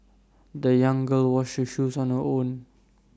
the young girl washed her shoes on her own